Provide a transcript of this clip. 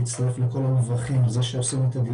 שאלה מצוינת.